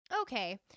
okay